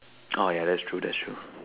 oh ya that's true that's true